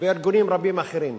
וארגונים רבים אחרים,